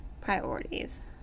priorities